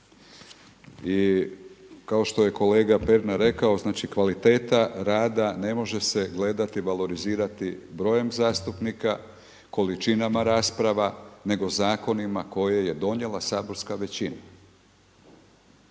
I kao što je kolega Pernar rekao znači kvaliteta rada ne može se gledati, valorizirati brojem zastupnika, količinama rasprava nego zakonima koje je donijela saborska većina.